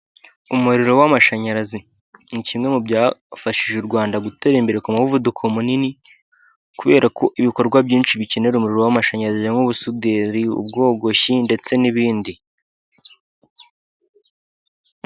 Umuriro w'amashanyarazi ni kimwe mu byafashije u Rwanda gutera imbere ku muvuduko munini, kubera ko ibikorwa byinshi bikenera umuriro w'amashanyarazi nk'ubusuderi ubwogoshyi ndetse n'ibindi.